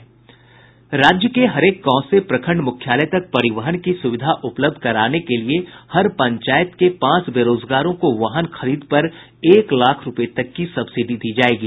राज्य के हरेक गांव से प्रखंड मुख्यालय तक परिवहन की सुविधा उपलब्ध कराने के लिए हर पंचायत के पांच बेरोजगारों को वाहन खरीद पर एक लाख रूपये तक की सब्सिडी दी जायेगी